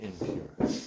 impure